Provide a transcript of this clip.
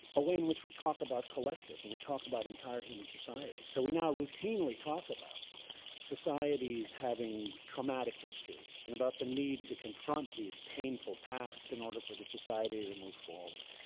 a way in which we talk about collectives, and we talk about entire human society. so we now routinely talk about societies having traumatic histories, and about the need to confront these painful pasts in order for the society to move forward.